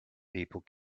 people